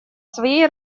своей